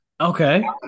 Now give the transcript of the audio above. Okay